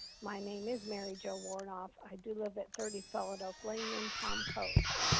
my name is mary jo woronoff, i do live at thirty fallen oak lane in palm coast.